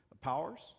powers